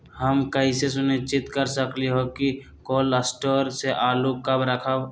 हम कैसे सुनिश्चित कर सकली ह कि कोल शटोर से आलू कब रखब?